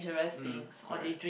mm alright